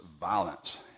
violence